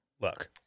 look